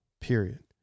period